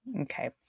Okay